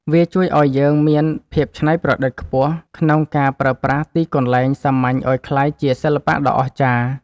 វាជួយឱ្យយើងមានភាពច្នៃប្រឌិតខ្ពស់ក្នុងការប្រើប្រាស់ទីកន្លែងសាមញ្ញឱ្យក្លាយជាសិល្បៈដ៏អស្ចារ្យ។